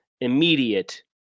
immediate